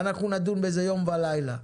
נדון בזה יום בלילה.